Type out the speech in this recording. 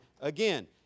again